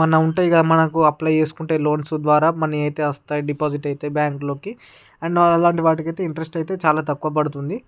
మన ఉంటాయి కదా మనకు అప్లై చేసుకుంటే లోన్స్ ద్వారా మనీ అయితే వస్తాయి డిపాజిట్ అయితే బ్యాంకులోకి అండ్ అలాంటి వాటికి అయితే ఇంట్రెస్ట్ అయితే చాలా తక్కువ పడుతుంది